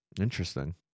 Interesting